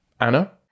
Anna